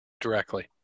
directly